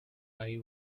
eye